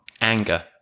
anger